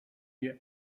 you